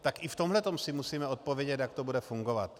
Tak i v tomhle tom si musíme odpovědět, jak to bude fungovat.